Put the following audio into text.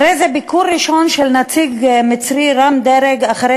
הרי זה ביקור ראשון של נציג מצרי רם-דרג אחרי